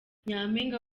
nyampinga